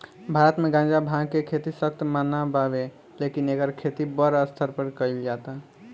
भारत मे गांजा, भांग के खेती सख्त मना बावे लेकिन एकर खेती बड़ स्तर पर कइल जाता